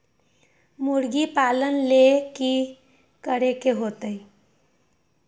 मुर्गी पालन ले कि करे के होतै?